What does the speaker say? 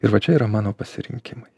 ir va čia yra mano pasirinkimai